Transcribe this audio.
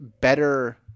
better